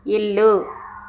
ఇల్లు